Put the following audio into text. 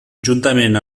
juntament